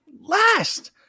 Last